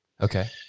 Okay